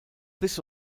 this